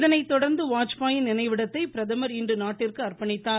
இதனை தொடர்ந்து வாஜ்பாயின் நினைவிடத்தை பிரதமர் இன்று நாட்டிற்கு அர்ப்பணித்தார்